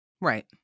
Right